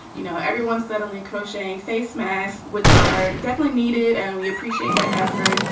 you know, everyone suddenly crocheting face masks, which are definitely needed. and we appreciate that effort.